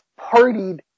partied